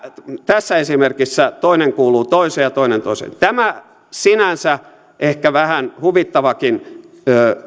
tässä esimerkissä toinen kuuluu toiseen ja toinen toiseen tämä sinänsä ehkä vähän huvittavakin